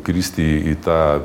kristi į tą